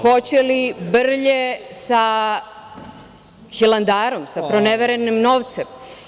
Hoće li brlje sa Hilandarom, sa proneverenim novcem?